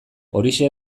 horixe